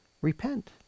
repent